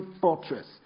Fortress